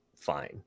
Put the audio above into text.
fine